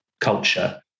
culture